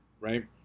right